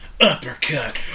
Uppercut